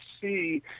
see